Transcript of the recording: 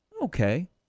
okay